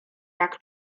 jak